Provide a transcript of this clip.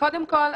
קודם כל,